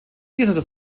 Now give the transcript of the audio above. dieser